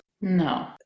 No